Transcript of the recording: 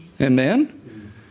Amen